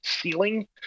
ceiling